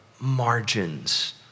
margins